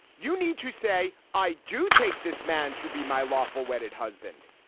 you need to say i do take this man to be my lawful wedded husband.